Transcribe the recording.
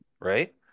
Right